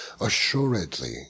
Assuredly